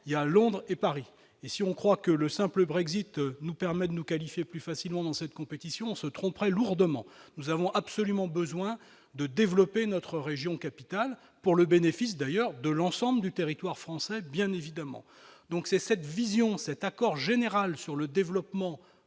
il y a Londres et Paris, et si on croit que le simple Brexit nous permet de nous qualifier plus facilement dans cette compétition, se tromperaient lourdement, nous avons absolument besoin de développer notre région capitale pour le bénéfice d'ailleurs de l'ensemble du territoire français, bien évidemment, donc c'est cette vision cet accord général sur le développement